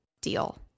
deal